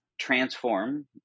transform